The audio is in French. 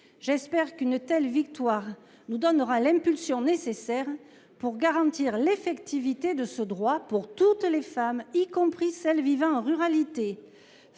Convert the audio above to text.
J’espère qu’une telle victoire nous donnera l’impulsion nécessaire pour garantir l’effectivité de ce droit pour toutes les femmes, y compris celles qui vivent en zone rurale.